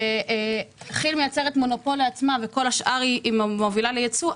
כשכי"ל מייצרת מונופול לעצמה וכל השאר מובילה לייצוא,